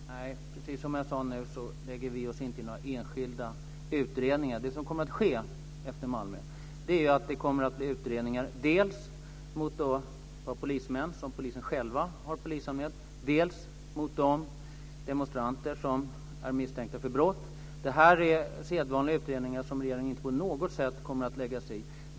Fru talman! Nej. Precis som jag nyss sade lägger vi oss inte i några enskilda utredningar. Det som kommer att ske efter Malmömötet är att det kommer att göras utredningar dels vad avser polismän som polisen själv har polisanmält, dels vad avser demonstranter som är misstänkta för brott. Detta är sedvanliga utredningar, som regeringen inte på något sätt kommer att lägga sig i.